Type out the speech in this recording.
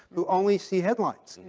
who only see headlines.